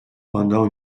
pendant